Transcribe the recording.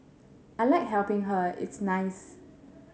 I like helping her it's nice